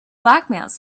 blackmails